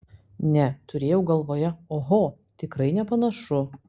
ne turėjau galvoje oho tikrai nepanašu